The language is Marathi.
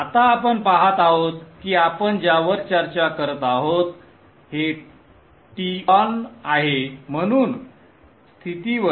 आता आपण पाहत आहोत की आपण ज्यावर चर्चा करत आहोत हे Ton आहे म्हणून स्थितीवर